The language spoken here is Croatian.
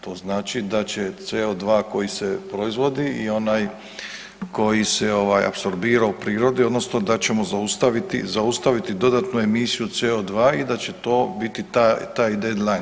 To znači da će CO2 koji se proizvodi i onaj koji se apsorbira u prirodi, odnosno da ćemo zaustaviti dodatnu emisiju CO2 i da će to biti taj death-line.